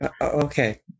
Okay